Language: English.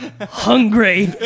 hungry